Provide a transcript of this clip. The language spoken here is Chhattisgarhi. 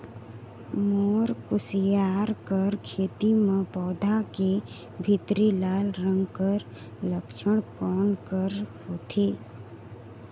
मोर कुसियार कर खेती म पौधा के भीतरी लाल रंग कर लक्षण कौन कर होथे?